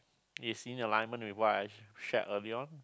it's in alignment with what I shared earlier on